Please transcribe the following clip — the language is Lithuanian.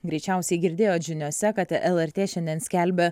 greičiausiai girdėjot žiniose kad lrt šiandien skelbia